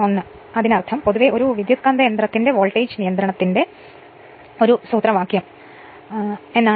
അതിനാൽ അതിനർത്ഥം പൊതുവെ ഒരു ട്രാൻസ്ഫോർമറിന്റെ വോൾട്ടേജ് നിയന്ത്രണത്തിന്റെ നിയന്ത്രണ സൂത്രവാക്യം എന്നാണ്